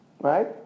Right